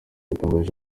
yatangaje